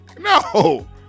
no